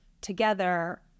together